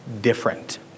different